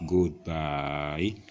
Goodbye